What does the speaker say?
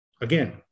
Again